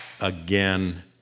again